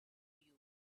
you